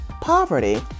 poverty